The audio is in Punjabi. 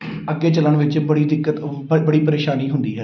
ਅੱਗੇ ਚੱਲਣ ਵਿੱਚ ਬੜੀ ਦਿੱਕਤ ਬੜੀ ਪਰੇਸ਼ਾਨੀ ਹੁੰਦੀ ਹੈ